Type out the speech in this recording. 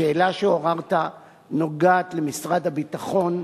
השאלה שעוררת נוגעת למשרד הביטחון,